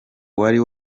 wari